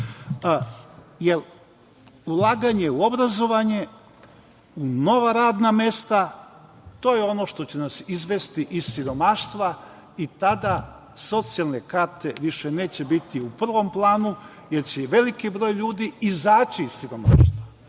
ulaganja. Ulaganje u obrazovanje, u nova radna mesta, to je ono što će nas izvesti iz siromaštva i tada socijalne karte više neće biti u prvom planu, jer će i veliki broj ljudi izaći iz siromaštva.